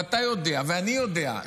אתה יודע ואני יודע,